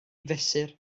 fesur